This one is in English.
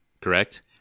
correct